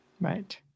Right